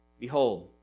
Behold